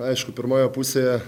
aišku pirmoje pusėje